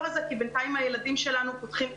הזה כי בינתיים הילדים שלנו פותחים פערים?